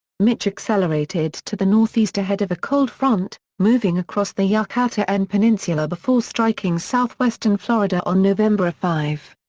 mitch accelerated to the northeast ahead of a cold front, moving across the yucatan yeah ah but and peninsula before striking southwestern florida on november five.